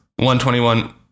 121